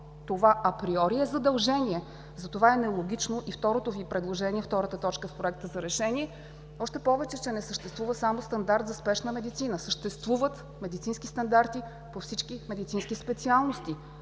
Това априори е задължение. Затова е нелогично и второто Ви предложение, втората точка в Проекта за решение, още повече че не съществува само стандарт за спешна медицина. Съществуват медицински стандарти по всички медицински специалности.